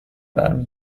برمی